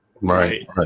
Right